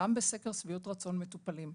גם בסקר שביעות רצון מטופלים.